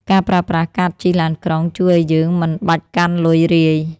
ការប្រើប្រាស់កាតជិះឡានក្រុង ជួយឱ្យយើងមិនបាច់កាន់លុយរាយ។